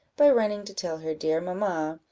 by running to tell her dear mamma,